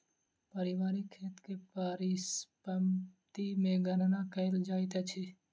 पारिवारिक खेत के परिसम्पत्ति मे गणना कयल जाइत अछि